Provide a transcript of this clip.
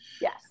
yes